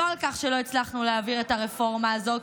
לא על כך שלא הצלחנו להעביר את הרפורמה הזו,